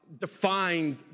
defined